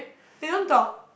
they don't talk